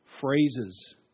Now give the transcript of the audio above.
phrases